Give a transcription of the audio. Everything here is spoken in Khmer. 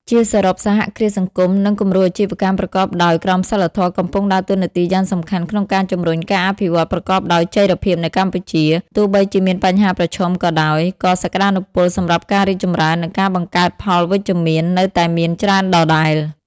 ជាសរុប សហគ្រាសសង្គម និងគំរូអាជីវកម្មប្រកបដោយក្រមសីលធម៌កំពុងដើរតួនាទីយ៉ាងសំខាន់ក្នុងការជំរុញការអភិវឌ្ឍប្រកបដោយចីរភាពនៅកម្ពុជា ទោះបីជាមានបញ្ហាប្រឈមក៏ដោយ ក៏សក្តានុពលសម្រាប់ការរីកចម្រើន និងការបង្កើតផលវិជ្ជមាននៅតែមានច្រើនដដែល។